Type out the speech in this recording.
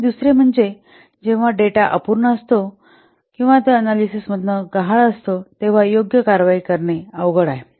आणि दुसरे म्हणजे जेव्हा डेटा अपूर्ण असतो किंवा ते अन्यालीसीसमधून गहाळ असतात तेव्हा योग्य कारवाई करणे अवघड आहे